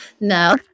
No